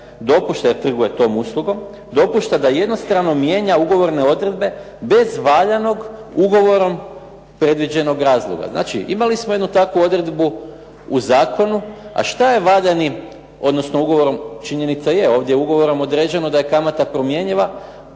dopušta jer trguje tom uslugom, dopušta da jednostrano mijenja ugovorne odredbe bez valjanog ugovorom predviđenog razloga. Znači, imali smo jednu takvu odredbu u zakonu. A šta je valjanim odnosno ugovorom, činjenica je ovdje je ugovorom određeno da je kamata promjenjiva